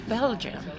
Belgium